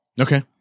okay